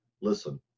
Listen